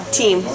team